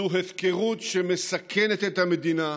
זו הפקרות שמסכנת את המדינה,